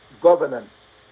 governance